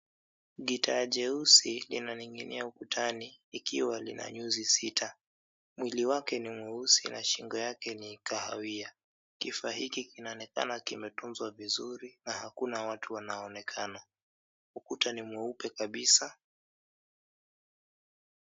Gitaa jeusi inaning'inia ukutani ikiwa lina nyuzi sita. Mwili wake ni mweusi na shingo yake ni kahawia. Kifaa hiki kinaonekana kimetunzwa vizuri na hakuna watu wanaonekana. Ukuta ni mweupe kabisa.